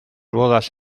bodas